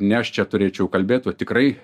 ne aš čia turėčiau kalbėt o tikrai